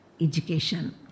education